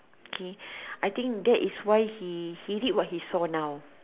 okay I think that is why he he did what he saw now